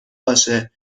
باشه